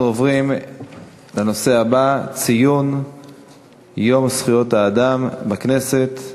אנחנו עוברים לנושא הבא: ציון יום זכויות האדם בכנסת,